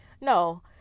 no